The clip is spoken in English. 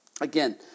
Again